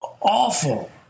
awful